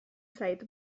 zait